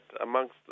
amongst